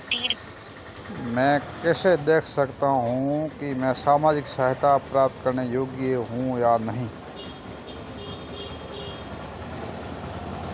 मैं कैसे देख सकता हूं कि मैं सामाजिक सहायता प्राप्त करने योग्य हूं या नहीं?